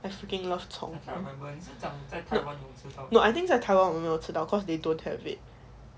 I freaking love 葱 no no I think 在台湾我们没有吃到 cause they don't have it